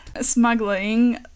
smuggling